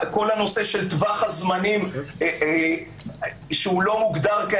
כל הנושא של טווח הזמנים שהוא לא מוגדר,